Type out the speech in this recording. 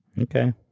Okay